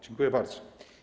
Dziękuję bardzo.